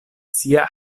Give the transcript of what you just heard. sia